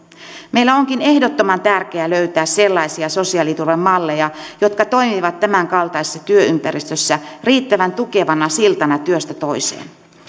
meillä onkin ehdottoman tärkeää löytää sellaisia sosiaaliturvan malleja jotka toimivat tämän kaltaisessa työympäristössä riittävän tukevana siltana työstä toiseen